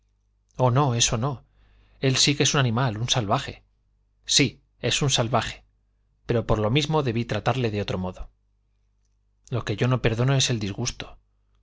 oh no eso no él sí que es un animal un salvaje sí es un salvaje pero por lo mismo debí tratarle de otro modo lo que yo no perdono es el disgusto